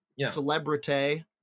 celebrity